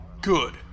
Good